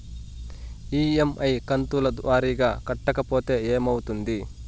EMI కంతుల వారీగా కట్టకపోతే ఏమవుతుంది?